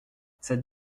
cette